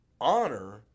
Honor